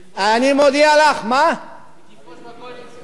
היא תפרוש מהקואליציה.